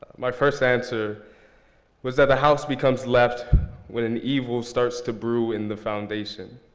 my first answer was that the house becomes left when an evil starts to brew in the foundation.